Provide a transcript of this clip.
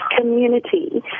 community